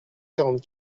quarante